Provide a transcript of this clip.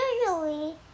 usually